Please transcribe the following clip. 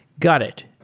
got it.